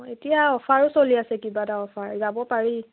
অঁ এতিয়া অফাৰো চলি আছে কিবা এটা অফাৰ যাব পাৰি